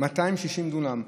260 דונם.